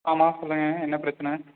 ஆமாம் சொல்லுங்கங்க என்ன பிரச்சனை